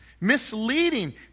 misleading